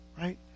right